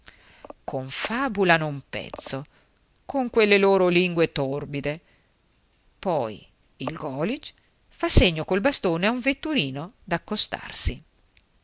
sinistra confabulano un pezzo con quelle loro lingue torpide poi il golisch fa segno col bastone a un vetturino d'accostarsi